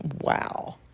Wow